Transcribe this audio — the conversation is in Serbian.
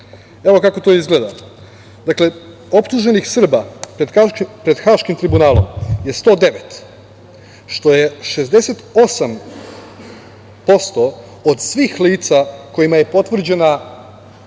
Evo kako to izgleda. Optuženih Srba pred Haškim tribunalom je 109, što je 68% od svih lica kojima je potvrđena